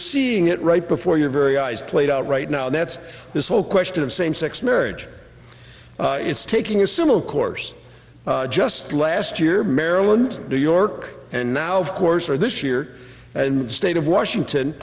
seeing it right before your very eyes played out right now that's this whole question of same sex marriage is taking a similar course just last year maryland new york and now of course or this year and state of washington